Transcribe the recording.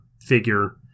figure